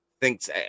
thinks